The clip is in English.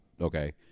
okay